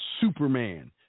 Superman